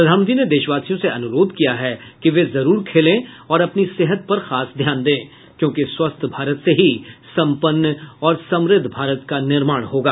प्रधानमंत्री ने देशवासियों से अनुरोध किया है कि वे जरूर खेलें और अपनी सेहत पर खास ध्यान दें क्योंकि स्वस्थ भारत से ही सम्पन्न और समृद्ध भारत का निर्माण होगा